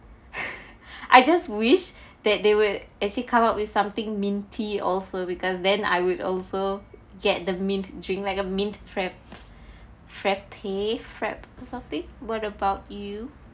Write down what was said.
I just wish that they will actually come up with something minty also because then I would also get the mint drink like a mint frappe frappe frappe or something what about you